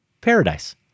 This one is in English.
paradise